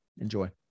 Enjoy